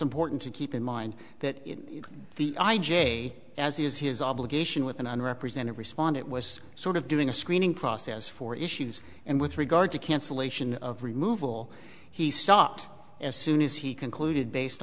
important to keep in mind that the i j a as he has his obligation with an unrepresented respond it was sort of doing a screening process for issues and with regard to cancellation of removal he stopped as soon as he concluded based